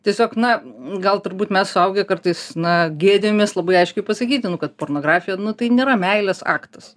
tiesiog na gal turbūt mes suaugę kartais na gėdijamės labai aiškiai pasakyti nu kad pornografija nu tai nėra meilės aktas